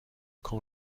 quand